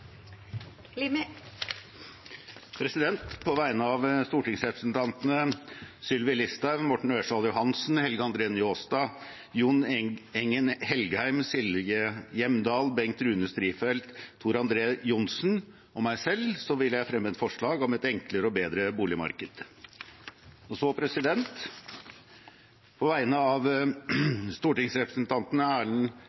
På vegne av stortingsrepresentantene Sylvi Listhaug, Morten Ørsal Johansen, Helge André Njåstad, Jon Engen-Helgheim, Silje Hjemdal, Bengt Rune Strifeldt, Tor André Johnsen og meg selv vil jeg fremme et forslag om et enklere og bedre boligmarked. Så vil jeg på vegne av